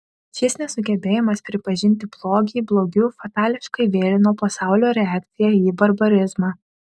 šis nesugebėjimas pripažinti blogį blogiu fatališkai vėlino pasaulio reakciją į barbarizmą